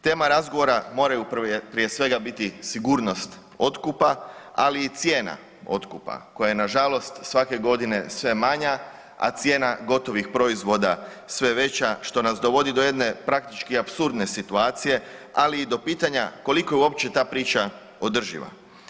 Tema razgovora moraju prije svega biti sigurnost otkupa, ali i cijena otkupa koja je nažalost svake godine sve manja, a cijena gotovih proizvoda sve veća, što nas dovodi do jedne praktički apsurdne situacije, ali i do pitanja koliko je uopće ta priča održiva.